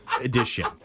edition